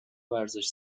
ورزش